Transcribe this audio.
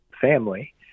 family